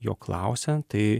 jo klausia tai